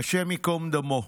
השם ייקום דמו,